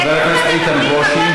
חבר הכנסת איתן ברושי.